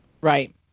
Right